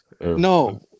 No